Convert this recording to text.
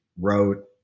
wrote